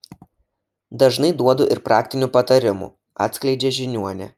dažnai duodu ir praktinių patarimų atskleidžia žiniuonė